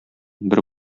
бер